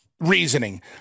reasoning